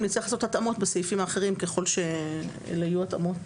נצטרך לעשות התאמות בסעיפים האחרים ככל שהן יהיו התאמות